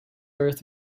earth